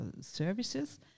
services